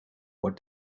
what